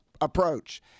approach